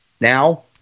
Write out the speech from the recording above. now